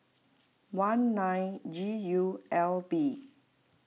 one nine G U L B